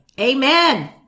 amen